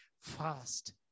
fast